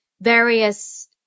various